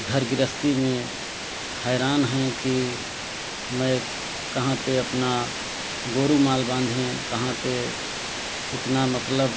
घर गृहस्ती में हैरान हैं कि मै कहाँ पर अपना गोरु माल बांधे कहाँ पर इतना मतलब